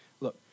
Look